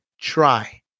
try